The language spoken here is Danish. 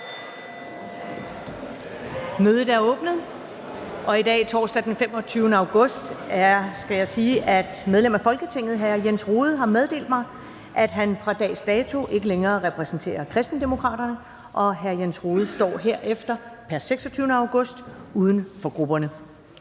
Første næstformand (Karen Ellemann): Mødet er åbnet. Medlem af Folketinget Jens Rohde har meddelt mig, at han fra dags dato ikke længere repræsenterer Kristendemokraterne. Jens Rohde står herefter pr. 26. august 2022 uden for grupperne.